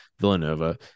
Villanova